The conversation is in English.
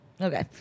Okay